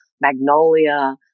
magnolia